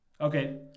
Okay